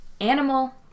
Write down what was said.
animal